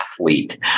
athlete